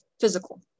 physical